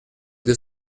deux